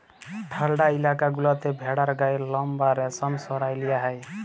ঠাল্ডা ইলাকা গুলাতে ভেড়ার গায়ের লম বা রেশম সরাঁয় লিয়া হ্যয়